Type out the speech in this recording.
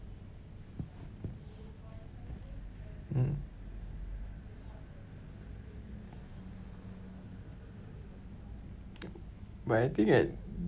mm but I think at